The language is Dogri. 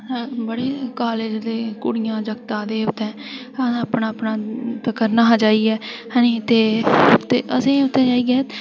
बड़े कॉलेज दे कुड़ियां जागत आए दे हे उत्थै अपना अपना तां करना हा जाइयै ते असें उत्थै जाइयै